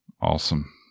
Awesome